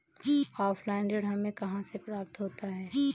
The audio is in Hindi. ऑफलाइन ऋण हमें कहां से प्राप्त होता है?